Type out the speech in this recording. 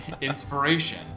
Inspiration